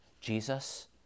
Jesus